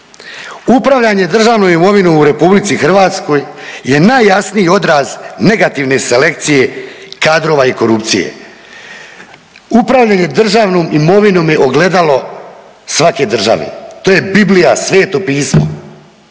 Upravljanje državnom imovinom u RH je najjasniji odraz negativne selekcije kadrova i korupcije. Upravljanje državnom imovinom je ogledalo svake države, to je Biblija, sveto pismo,